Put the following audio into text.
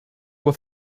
were